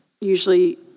usually